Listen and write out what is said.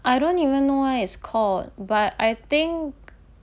I don't even know what it is called but I think